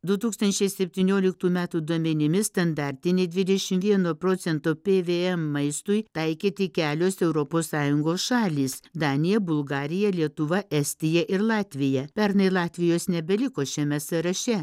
du tūkstančiai septynioliktų metų duomenimis standartinį dvidešimt vieno procento pvm maistui taikė tik kelios europos sąjungos šalys danija bulgarija lietuva estija ir latvija pernai latvijos nebeliko šiame sąraše